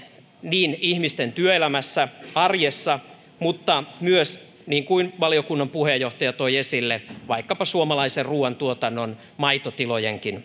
niin ihmisten työelämässä ja arjessa mutta myös niin kuin valiokunnan puheenjohtaja toi esille vaikkapa suomalaisen ruuantuotannon maitotilojenkin